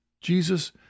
Jesus